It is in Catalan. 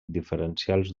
diferencials